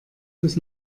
bis